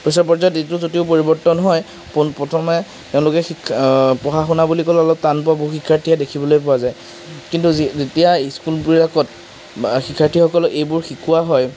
পিছৰ পৰ্যায়ত এইটো যদিও পৰিৱৰ্তন হয় পোনপ্ৰথমে তেওঁলোকে শিক্ষা পঢ়া শুনা বুলি ক'লে অলপ টান পাব শিক্ষাৰ্থীয়ে দেখিবলৈ পোৱা যায় কিন্তু যি যেতিয়া স্কুলবিলাকত বা শিক্ষাৰ্থীসকলক এইবোৰ শিকোৱা হয়